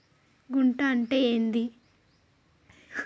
గుంట అంటే ఏంది?